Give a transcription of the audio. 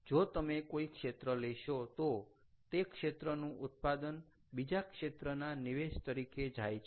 જો તમે કોઈ ક્ષેત્ર લેશો તો તે ક્ષેત્રનું ઉત્પાદન બીજા ક્ષેત્રના નિવેશ તરીકે જાય છે